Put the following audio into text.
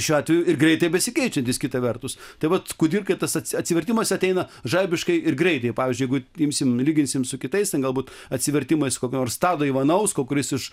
šiuo atveju ir greitai besikeičiantis kita vertus tai vat kudirkai tas atsi atsivertimas ateina žaibiškai ir greitai pavyzdžiui jeigu imsim lyginsim su kitais ten galbūt atsivertimais kokio nors tado ivanausko kuris iš